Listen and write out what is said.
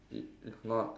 if if not